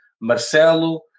Marcelo